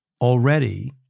already